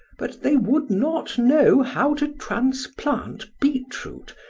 but they would not know how to transplant beet-root,